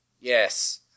Yes